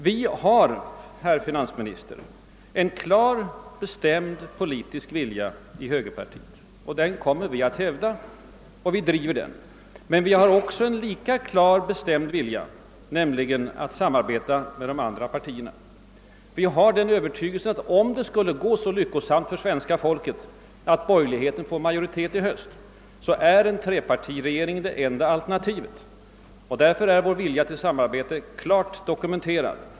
Vi har, herr finansminister, en klar och bestämd politisk vilja i högerpartiet, och den kommer vi att hävda. Men vi har en lika klar och bestämd vilja att samarbeta med de andra borgerliga partierna. Vi är övertygade om att i fall det skulle gå så lyckosamt för det svenska folket, att borgerligheten får majoritet i höst, är en trepartiregering det enda alternativet. Därför är vår vilja till samarbete klart dokumenterad.